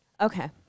okay